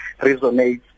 resonate